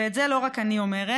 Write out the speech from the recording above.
ואת זה לא רק אני אומרת,